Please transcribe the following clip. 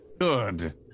Good